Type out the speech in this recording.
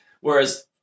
Whereas